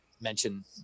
mention